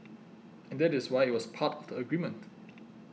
and that is why it was part of the agreement